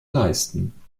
leisten